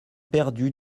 perdu